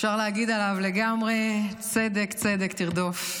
אפשר להגיד עליו לגמרי: "צדק צדק תרדף".